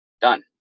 Done